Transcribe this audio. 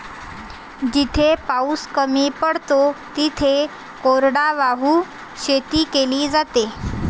जिथे पाऊस कमी पडतो तिथे कोरडवाहू शेती केली जाते